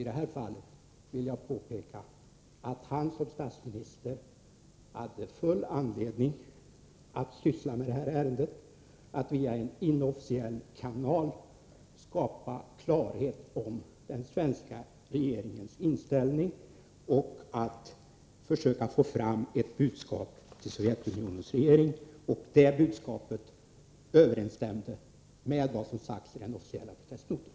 I det här fallet vill jag påpeka att Olof Palme som statsminister hade full anledning att syssla med detta ärende — att via en inofficiell kanal skapa klarhet om den svenska regeringens inställning och att försöka få fram ett budskap till Sovjetunionens regering. Det budskapet överensstämde med vad som hade sagts i den officiella protestnoten.